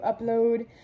upload